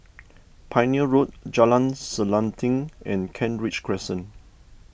Pioneer Road Jalan Selanting and Kent Ridge Crescent